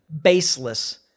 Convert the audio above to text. baseless